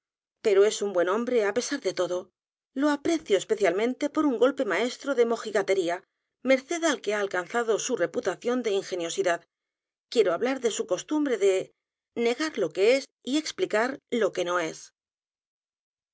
o es un buen hombre á pesar de todo lo aprecio especialmente por u n golpe maestro de mogigatería merced al que h a alcanzado su reputación de ingeniosidad quiero hablar de su costumbre de n e g a r lo que es y explicar lo que no es